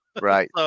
right